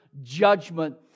judgment